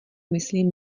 myslím